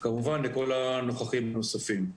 וכמובן לכל הנוכחים הנוספים.